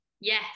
yes